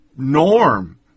norm